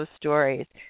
stories